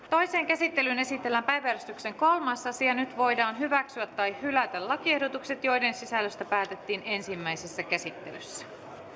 toiseen käsittelyyn esitellään päiväjärjestyksen kolmas asia nyt voidaan hyväksyä tai hylätä lakiehdotukset joiden sisällöstä päätettiin ensimmäisessä käsittelyssä